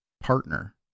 partner